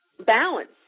Balance